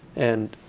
and